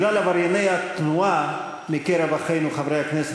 בגלל עברייני התנועה מקרב אחינו חברי הכנסת